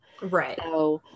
Right